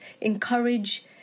encourage